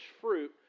fruit